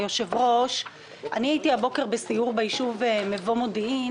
הייתי הבוקר בסיור ביישוב מבוא מודיעין